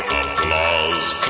applause